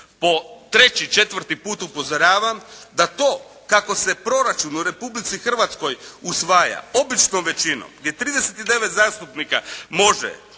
Po treći, četvrti put upozoravam da to kako se proračun u Republici Hrvatskoj usvaja običnom većinom gdje 39 zastupnika može